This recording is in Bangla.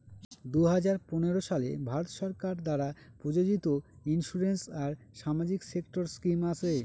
দুই হাজার পনেরো সালে ভারত সরকার দ্বারা প্রযোজিত ইন্সুরেন্স আর সামাজিক সেক্টর স্কিম আছে